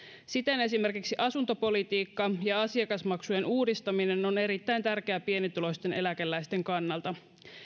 siten esimerkiksi asuntopolitiikka ja asiakasmaksujen uudistaminen on erittäin tärkeää pienituloisten eläkeläisten kannalta